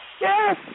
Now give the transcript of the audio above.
Yes